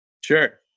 Sure